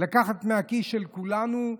לקחת מהכיס של כולנו,